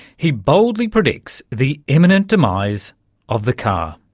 he boldly predicts the imminent demise of the car.